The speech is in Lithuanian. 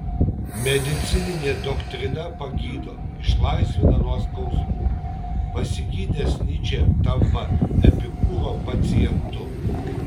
medicininė doktrina pagydo išlaisvina nuo skausmų pasigydęs nyčė tampa epikūro pacientu